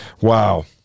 wow